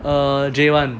uh J one